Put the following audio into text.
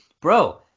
Bro